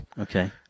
Okay